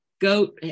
goat